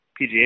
PGA